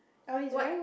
oh he's wearing